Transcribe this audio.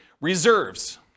reserves